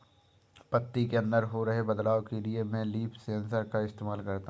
पत्ती के अंदर हो रहे बदलाव के लिए मैं लीफ सेंसर का इस्तेमाल करता हूँ